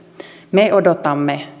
me odotamme